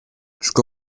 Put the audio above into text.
sco